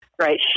Right